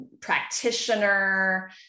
practitioner